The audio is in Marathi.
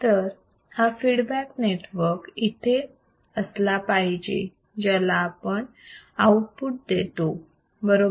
तर हा फीडबॅक नेटवर्क तिथे असला पाहिजे ज्याला आपण आउटपुट देतो बरोबर